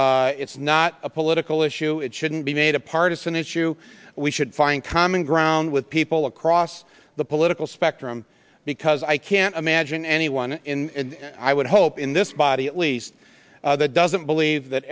it's not a political issue it shouldn't be made a partisan issue we should find common ground with people across the political spectrum because i can't imagine anyone in i would hope in this body at least that doesn't believe that